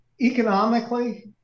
economically